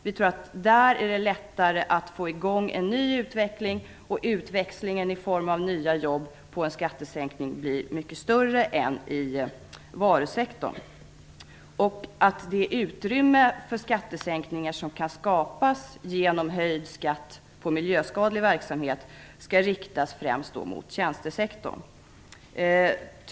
Vi tror att det där är lättare att få i gång en ny utveckling och att utväxlingen i form av nya jobb av en skattesänkning där blir mycket större än i varusektorn. Åtgärder för att ge utrymme för skattesänkningar som kan skapas genom höjd skatt på miljöskadlig verksamhet skall därför främst sättas in i tjänstesektorn.